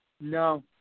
No